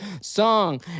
Song